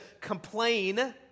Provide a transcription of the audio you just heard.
complain